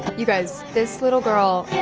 you guys, this little girl